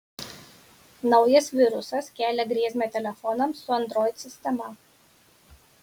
naujas virusas kelia grėsmę telefonams su android sistema